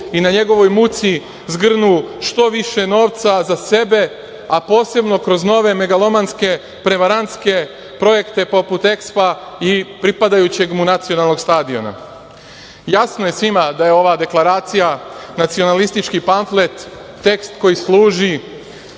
i na njegovoj muci zgrnu što više novca za sebe, a posebno kroz nove megalomanske, prevarantske projekte, poput EKSPO i pripadajućeg mu nacionalnog stadiona. Jasno je svima da je ova Deklaracija nacionalistički pamflet, tekst koji služi